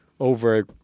Over